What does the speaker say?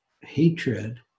hatred